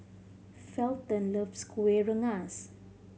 Felton loves Kueh Rengas